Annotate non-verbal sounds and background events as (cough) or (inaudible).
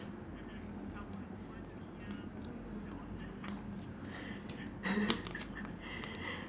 (laughs)